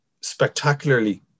spectacularly